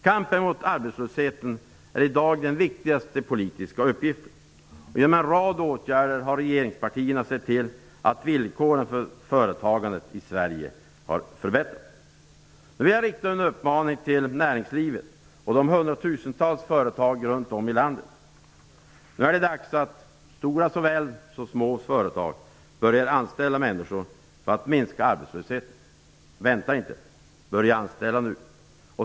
Kampen mot arbetslösheten är i dag den viktigaste politiska uppgiften. Genom en rad åtgärder har regeringspartierna sett till att villkoren för företagandet i Sverige har förbättrats. Jag vill rikta en uppmaning till näringslivet och de hundratusentals företagen runt om i landet. Nu är det dags att stora såväl som små företag börjar anställa människor för att minska arbetslösheten. Vänta inte! Börja anställa nu!